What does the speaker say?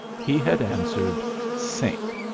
he had answered, sink!